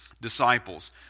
disciples